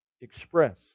express